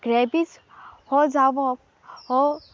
rabies हो जावप हो